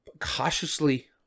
cautiously